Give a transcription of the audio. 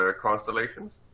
constellations